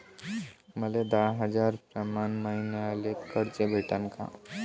मले दहा हजार प्रमाण मईन्याले कर्ज भेटन का?